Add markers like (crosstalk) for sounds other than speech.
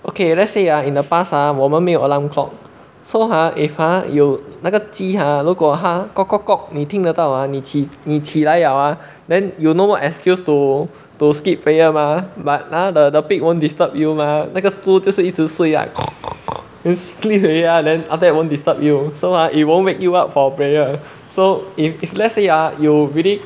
okay let's say ah in the past ah 我们没有 alarm clock so ha if ha 有那个鸡 ha 如果它 kok kok kok 你听得到啊你起你起来了啊 then you no more excuse to to skip prayer mah but ah the the pig won't disturb you mah 那个猪就是一直睡啊 (noise) then sleep already ah then after that won't disturb you so ah it won't wake you up for prayer so if if let's say ah you really